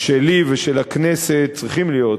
שלי ושל הכנסת, צריכים להיות,